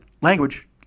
language